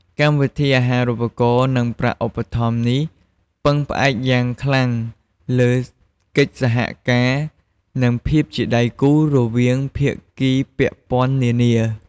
កម្មវិធីអាហារូបករណ៍ និង ប្រាក់ឧបត្ថម្ភ នេះ ពឹងផ្អែកយ៉ាងខ្លាំង លើ កិច្ចសហការ និង ភាពជាដៃគូ រវាង ភាគីពាក់ព័ន្ធនានា។